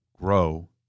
grow